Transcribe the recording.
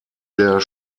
der